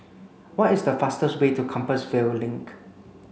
what is the fastest way to Compassvale Link